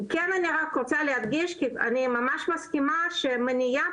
כן אני רק רוצה להדגיש שאני ממש מסכימה שמניעה